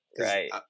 right